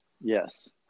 Yes